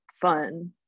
fun